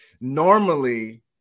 Normally